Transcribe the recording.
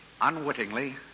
unwittingly